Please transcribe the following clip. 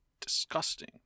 Disgusting